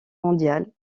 mondiale